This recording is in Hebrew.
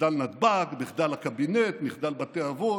מחדל נתב"ג, מחדל הקבינט, מחדל בתי האבות,